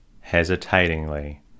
hesitatingly